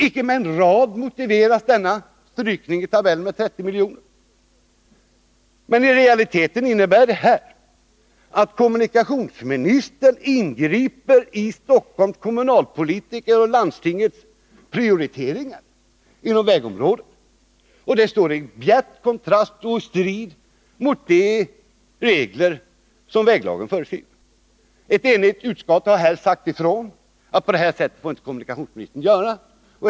Icke med en rad motiveras denna strykning med 30 milj.kr. Men i realiteten innebär detta att kommunikationsministern ingriper i Stockholms kommunalpolitikers och landstingspolitikers prioriteringar på vägområdet. Det står i bjärt kontrast till och i strid mot de regler som väglagen föreskriver. Ett enigt utskott har här sagt ifrån att på det sättet får kommunikationsministern inte göra.